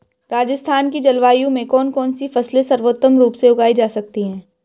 राजस्थान की जलवायु में कौन कौनसी फसलें सर्वोत्तम रूप से उगाई जा सकती हैं?